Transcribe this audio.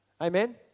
Amen